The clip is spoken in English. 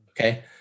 Okay